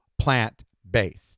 plant-based